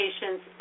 patients